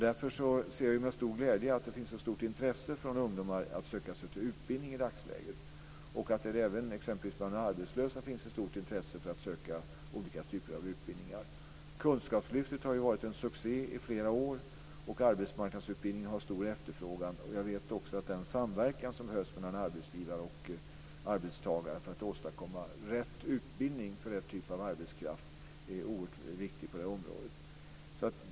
Därför ser vi med stor glädje att det finns ett stort intresse från ungdomar att söka sig till utbildning i dagsläget och att det även exempelvis bland de arbetslösa finns ett stort intresse för att söka olika typer av utbildningar. Kunskapslyftet har varit en succé i flera år och arbetsmarknadsutbildningar har stor efterfrågan. Jag vet också att den samverkan som behövs mellan arbetsgivare och arbetstagare för att åstadkomma rätt utbildning för rätt typ av arbetskraft är oerhört viktig på det här området.